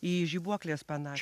į žibuokles panašūs